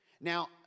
Now